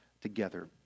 together